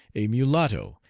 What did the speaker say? a mulatto,